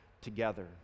together